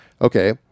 Okay